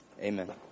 Amen